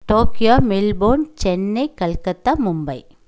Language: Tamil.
Tokyo Melbourne Chennai Calcutta Mumbai